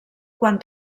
quan